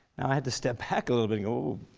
i had to step back a little bit and go whoa,